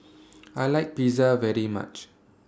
I like Pizza very much